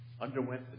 Underwent